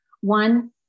one